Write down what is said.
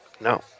No